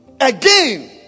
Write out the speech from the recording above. Again